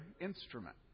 instrument